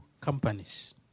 companies